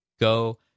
Go